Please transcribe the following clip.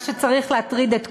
מה שצריך להטריד את כולנו,